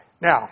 Now